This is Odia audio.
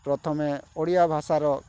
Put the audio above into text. ପ୍ରଥମେ ଓଡ଼ିଆ ଭାଷାର